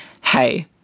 hey